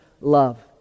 love